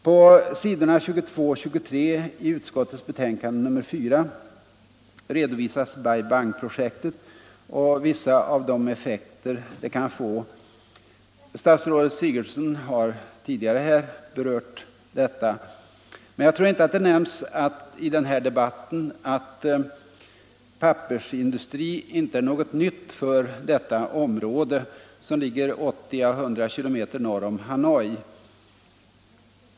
På s. 22-23 i utskottets betänkande nr 4 redovisas Bai Bang-projektet och vissa av de effekter som det kan få. Fru statsrådet Sigurdsen har tidigare berört den saken. Men jag tror inte att det i debatten har nämnts att pappersindustri inte är något nytt för detta område, som ligger 80 å 100 kilometer norr om Hanoi.